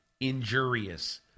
injurious